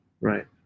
right